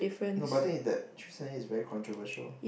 no but the thing is that three seven A is very controversial